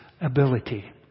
ability